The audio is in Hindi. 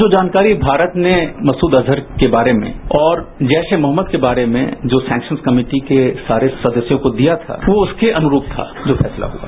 जो जानकारी भारत ने मसूद अजहर के बारे में और जैश ए मोहम्मद के बारे में जो सेंक्शन्स कमेटी के सारे सदस्यों को दिया था वो उसके अनुरूप था जो फैसला हथा